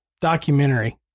documentary